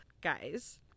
guys